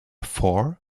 fort